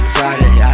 Friday